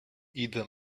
either